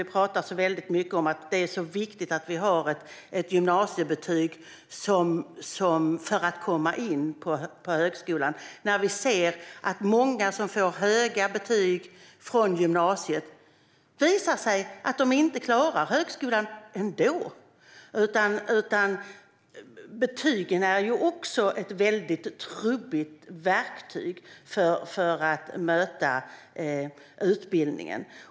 Det pratas så väldigt mycket om att det är så viktigt att ha ett gymnasiebetyg för att komma in på högskolan, men det visar sig att många som får höga betyg från gymnasiet inte klarar högskolan ändå. Betygen är ett väldigt trubbigt verktyg för att möta utbildningen.